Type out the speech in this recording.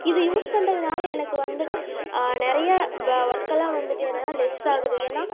இது யூஸ் பண்ணுறதுனால எனக்கு வந்துவிட்டு நிறைய வ ஒர்க்கெல்லாம் வந்துவிட்டு என்னன்னா லெஸ் ஆகுது ஏன்னா